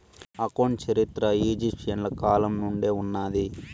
account చరిత్ర ఈజిప్షియన్ల కాలం నుండే ఉన్నాది